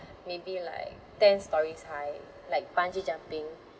maybe like ten storeys high like bungee jumping